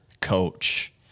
coach